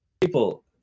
people